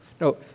No